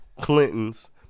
Clinton's